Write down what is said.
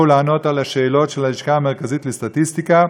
ולענות על השאלות של הלשכה המרכזית לסטטיסטיקה,